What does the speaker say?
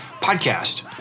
podcast